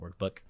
workbook